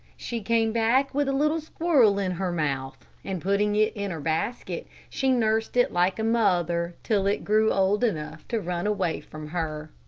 she came back with a little squirrel in her mouth, and putting it in her basket, she nursed it like a mother, till it grew old enough to run away from her.